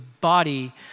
body